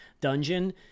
dungeon